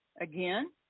again